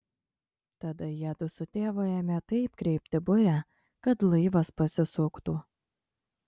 tada jiedu su tėvu ėmė taip kreipti burę kad laivas pasisuktų